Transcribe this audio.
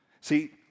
See